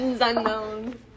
unknown